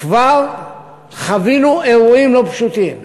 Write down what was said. כבר חווינו אירועים לא פשוטים.